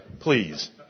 Please